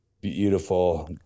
beautiful